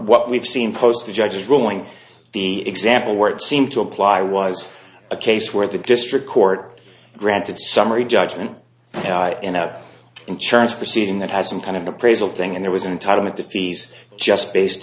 what we've seen post the judge's ruling the example where it seemed to apply was a case where the district court granted summary judgment in a insurance proceeding that has some kind of appraisal thing and there was an enticement to fees just based